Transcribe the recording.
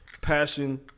passion